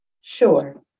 Sure